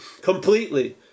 completely